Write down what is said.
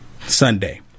Sunday